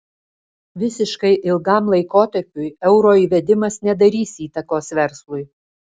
visiškai ilgam laikotarpiui euro įvedimas nedarys įtakos verslui